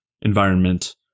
environment